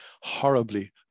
horribly